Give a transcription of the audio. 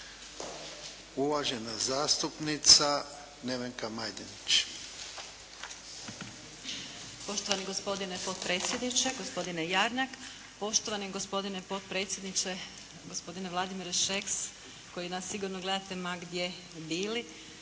Uvažena zastupnica Nevenka Majdenić.